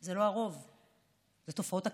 זה לא הרוב, אלה תופעות הקצה.